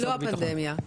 ללא הפנדמיה.